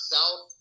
South